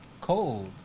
cold